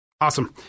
Awesome